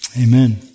Amen